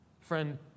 Friend